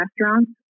restaurants